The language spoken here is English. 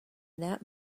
that